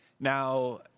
Now